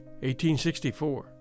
1864